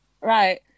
Right